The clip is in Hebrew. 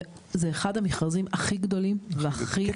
זה אחד המכרזים הכי גדולים --- כן,